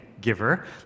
giver